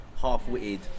half-witted